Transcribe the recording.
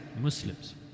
Muslims